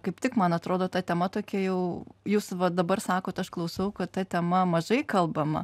kaip tik man atrodo ta tema tokia jau jūs va dabar sakot aš klausau kad ta tema mažai kalbama